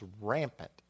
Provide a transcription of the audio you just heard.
rampant